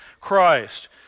Christ